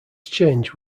change